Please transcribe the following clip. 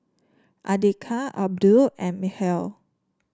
Andika Abdul and Mikhail